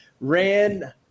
ran